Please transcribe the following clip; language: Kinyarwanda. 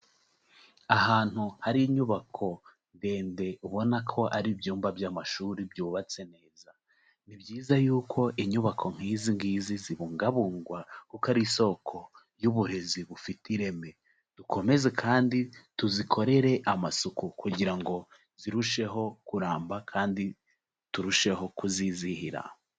Ahantu hari inyubako ndende ubona ko ari ibyumba by'amashuri byubatse neza, ni byiza yuko inyubako nk'izi ngizi zibungabungwa kuko ari isoko y'uburezi bufite ireme, dukomeze kandi tuzikorere amasuku kugira ngo zirusheho kuramba kandi turusheho kuzizihira.